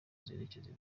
zerekeza